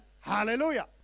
Hallelujah